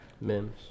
Mims